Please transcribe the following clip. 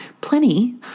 plenty